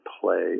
play